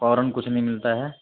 فوراً کچھ نہیں ملتا ہے